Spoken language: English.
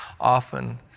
often